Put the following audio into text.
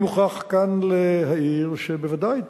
אני מוכרח כאן להעיר שבוודאי,